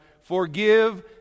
forgive